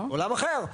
עולם אחר.